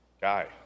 guy